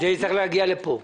זה יצטרך להגיע לפה.